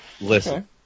Listen